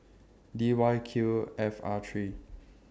D Y Q F R three